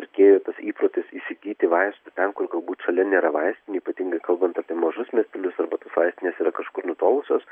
pirkėjų tas įprotis įsigyti vaistų ten kur galbūt šalia nėra vaistin ypatingai kalbant apie mažus miestelius arba tos vaistinės yra kažkur nutolusios